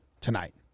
tonight